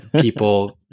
people